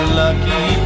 lucky